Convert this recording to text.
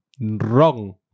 Wrong